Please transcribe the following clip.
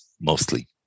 mostly